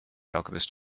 alchemist